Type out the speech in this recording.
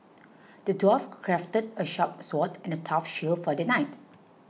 the dwarf crafted a sharp sword and a tough shield for the knight